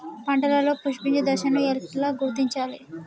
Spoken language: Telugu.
పంటలలో పుష్పించే దశను ఎట్లా గుర్తించాలి?